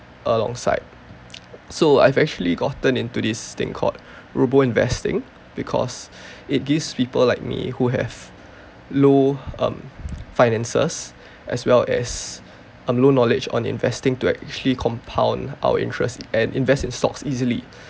alongside so I've actually gotten into this thing called robo investing because it gives people like me who have low um finances as well as uh no knowledge on investing to actually compound our interest and invest in stocks easily